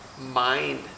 mind